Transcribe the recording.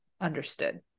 understood